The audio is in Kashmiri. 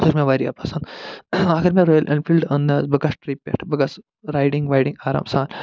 سُہ حظ چھِ مےٚ وارِیاہ پسنٛد اگر مےٚ رایل اٮ۪نفیٖلڈٕ اَننہٕ حظ بہٕ گژھ ٹٕرپہِ پٮ۪ٹھ بہٕ گَژھٕ رایڈِنٛگ وایڈِنٛگ آرام سان